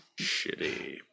Shitty